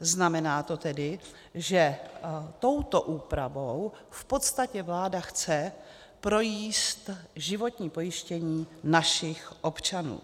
Znamená to tedy, že touto úpravou v podstatě vláda chce projíst životní pojištění našich občanů.